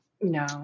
No